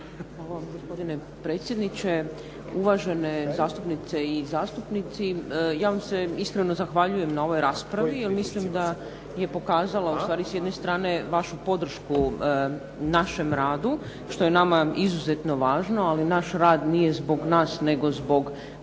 Cvjetana** Gospodine predsjedniče, uvažene zastupnice i zastupnici. Ja vam se iskreno zahvaljujem na ovoj raspravi, jer mislim da je pokazala ustvari s jedne strane vašu podršku našem radu što je nama izuzetno važno, ali naš rad nije zbog nas nego zbog